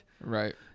right